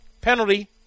penalty